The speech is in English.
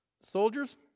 Soldiers